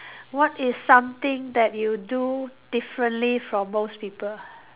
what is something that you do differently from most people